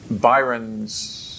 Byron's